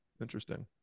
Interesting